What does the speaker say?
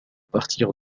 partir